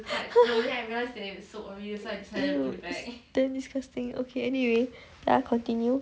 !eww! that is damn disgusting okay anything ya continue